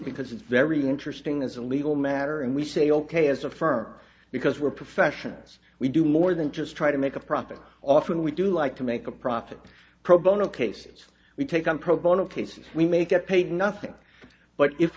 because it's very interesting as a legal matter and we say ok as a firm because we're professionals we do more than just try to make a profit off and we do like to make a profit pro bono cases we take on pro bono cases we may get paid nothing but if